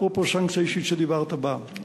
אפרופו סנקציה אישית שדיברת בה,